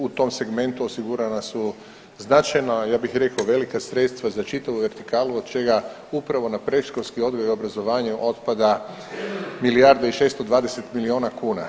U tom segmentu osigurana su značajna, ja bih rekao velika sredstva za čitavu vertikalu od čega upravo na predškolski odgoj i obrazovanje otpada milijardu i 620 milijuna kuna.